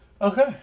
Okay